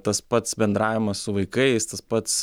tas pats bendravimas su vaikais tas pats